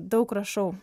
daug rašau